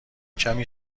کمی